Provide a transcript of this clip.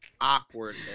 awkward